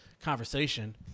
conversation